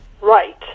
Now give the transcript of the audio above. right